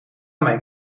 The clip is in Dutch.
mijn